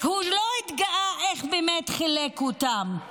הוא רק לא התגאה על איך הוא באמת חילק אותם,